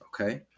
Okay